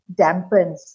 dampens